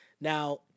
Now